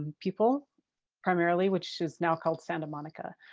people primarily, which is now called santa monica.